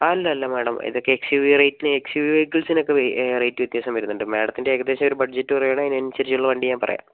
അല്ലല്ല മാഡം ഇതൊക്കെ X U V റേറ്റിന് എക്സ് യൂ വി വെഹിക്കിൾസിനൊക്കെ വെ റേറ്റ് വ്യത്യാസം വരുന്നുണ്ട് മേഡത്തിൻ്റെ ഏകദേശമൊരു ബഡ്ജറ്റ് പറയുവാണേൽ അതിനനുസരിച്ചുള്ള വണ്ടി ഞാൻ പറയാം